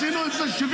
מי משלם את זה בסוף?